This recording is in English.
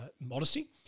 modesty